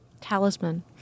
Talisman